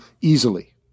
easily